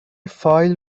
فایل